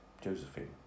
Josephine